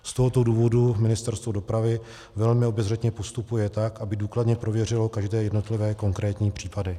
Z tohoto důvodu Ministerstvo dopravy velmi obezřetně postupuje tak, aby důkladně prověřilo každé jednotlivé konkrétní případy.